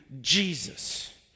Jesus